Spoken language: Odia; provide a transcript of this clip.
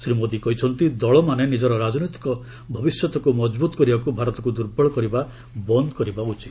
ଶ୍ରୀ ମୋଦି କହିଛନ୍ତି ଦଳମାନେ ନିଜର ରାଜନୈତିକ ଭବିଷ୍ୟତକୁ ମଜବୁତ୍ କରିବାକୁ ଭାରତକୁ ଦୁର୍ବଳ କରିବା ବନ୍ଦ୍ କରିବା ଉଚିତ